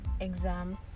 exam